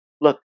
look